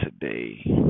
today